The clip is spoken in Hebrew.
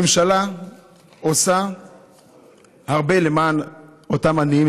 הממשלה עושה הרבה למען אותם עניים,